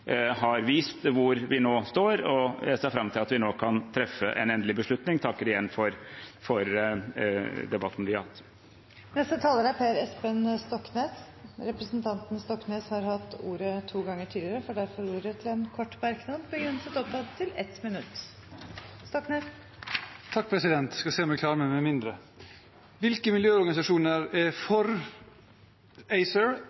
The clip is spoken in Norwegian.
har vist hvor vi nå står. Jeg ser fram til at vi nå kan treffe en endelig beslutning, og jeg takker igjen for debatten vi har hatt. Representanten Per Espen Stoknes har hatt ordet to ganger tidligere og får ordet til en kort merknad, begrenset til 1 minutt. Jeg skal se om jeg klarer meg med mindre. Hvilke miljøorganisasjoner er for ACER?